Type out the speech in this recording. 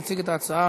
מציג את ההצעה